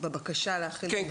בבקשה להחיל דין רציפות.